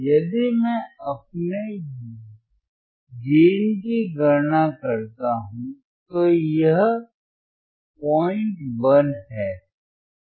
यदि मैं अपने गेन की गणना करता हूं तो यह 01 है